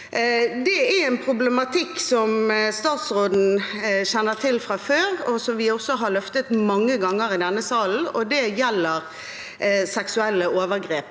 Det er en problematikk som statsråden kjenner til fra før, og som vi har løftet mange ganger i denne salen, og det gjelder seksuelle overgrep